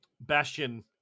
Bastion